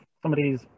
somebody's